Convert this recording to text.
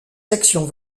sections